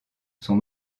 son